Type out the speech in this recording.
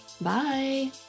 Bye